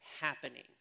happening